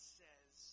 says